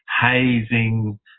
hazing